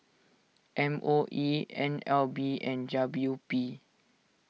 M O E N L B and W P